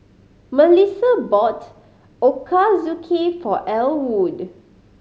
Mellissa bought Ochazuke for Elwood